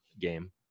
game